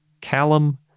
Callum